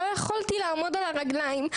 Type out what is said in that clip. לא יכולתי לעמוד על הרגליים.